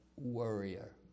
worrier